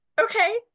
Okay